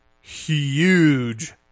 huge